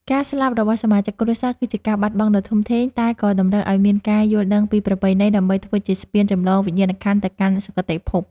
ការស្លាប់របស់សមាជិកគ្រួសារ គឺជាការបាត់បង់ដ៏ធំធេង តែក៏តម្រូវឱ្យមានការយល់ដឹងពីប្រពៃណីដើម្បីធ្វើជាស្ពានចម្លងវិញ្ញាណក្ខន្ធទៅកាន់សុគតិភព។